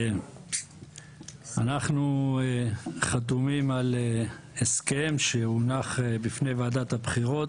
אנחנו חתומים על הסכם שהונח בפני ועדת הבחירות,